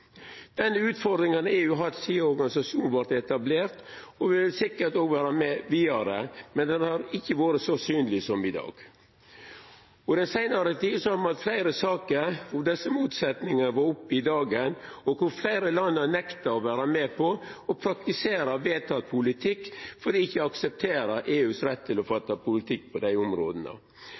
vart etablert, og ho vil sikkert òg vera med vidare, men ho har ikkje vore så synleg som i dag. I den seinare tida har me hatt fleire saker der desse motsetningane har vore oppe i dagen, og der fleire land har nekta å vera med på å praktisera vedteken politikk fordi dei ikkje aksepterer EUs rett til å fatta politikk på dei